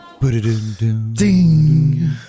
Ding